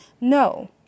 No